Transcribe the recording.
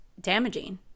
damaging